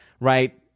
right